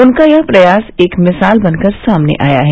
उनका यह प्रयास एक मिसाल बनकर सामने आया है